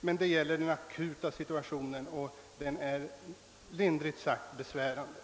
Men den akuta situationen är lindrigt sagt besvärlig.